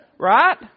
Right